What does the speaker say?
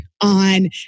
on